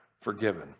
forgiven